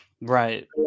right